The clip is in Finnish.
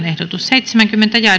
ehdotus kuusi ja